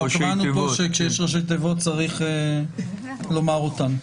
אמרנו פה כשיש ראשי תיבות צריך לומר אותם.